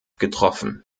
getroffen